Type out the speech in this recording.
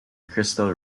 crystal